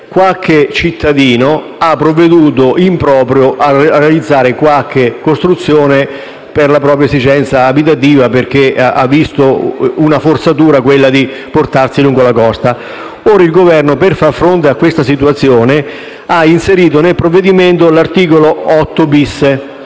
Qualche cittadino ha provveduto in proprio a realizzare una costruzione per la propria esigenza abitativa, perché ha visto come una forzatura il portarsi lungo la costa. Ora il Governo, per far fronte a questa situazione, ha previsto nel provvedimento un articolo 8-*bis*